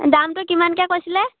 দামটো কিমানকৈ কৈছিলে